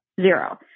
zero